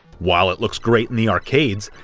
while it looks great in the arcade,